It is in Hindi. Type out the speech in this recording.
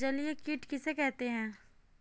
जलीय कीट किसे कहते हैं?